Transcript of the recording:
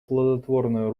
плодотворное